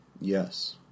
Yes